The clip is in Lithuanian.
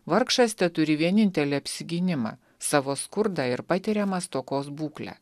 vargšas teturi vienintelį apsigynimą savo skurdą ir patiriamą stokos būklę